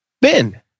Ben